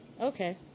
Okay